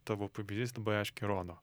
tavo pavyzdys labai aiškiai rodo